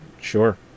sure